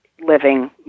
living